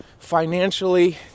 Financially